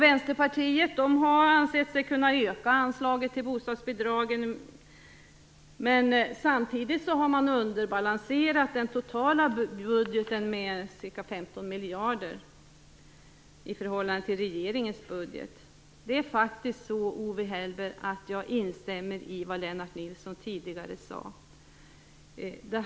Vänsterpartiet har ansett sig kunna öka anslaget till bostadsbidragen men har samtidigt underbalanserat den totala budgeten med ca 15 miljarder i förhållande till regeringens budget. Det är faktiskt så, Owe Hellberg, att jag instämmer i vad Lennart Nilsson tidigare sade.